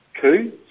two